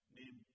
name